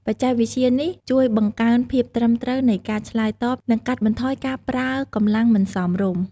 បច្ចេកវិទ្យានេះជួយបង្កើនភាពត្រឹមត្រូវនៃការឆ្លើយតប និងកាត់បន្ថយការប្រើកម្លាំងមិនសមរម្យ។